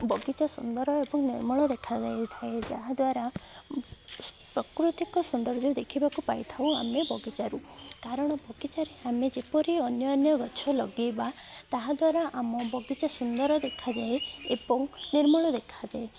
ବଗିଚା ସୁନ୍ଦର ଏବଂ ନିର୍ମଳ ଦେଖାଯାଇଥାଏ ଯାହାଦ୍ୱାରା ପ୍ରାକୃତିକ ସୌନ୍ଦର୍ଯ୍ୟ ଦେଖିବାକୁ ପାଇଥାଉ ଆମେ ବଗିଚାରୁ କାରଣ ବଗିଚାରେ ଆମେ ଯେପରି ଅନ୍ୟାନ୍ୟ ଗଛ ଲଗେଇବା ତାହାଦ୍ୱାରା ଆମ ବଗିଚା ସୁନ୍ଦର ଦେଖାଯାଏ ଏବଂ ନିର୍ମଳ ଦେଖାଯାଏ